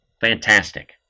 fantastic